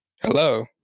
Hello